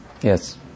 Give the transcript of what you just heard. Yes